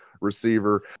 receiver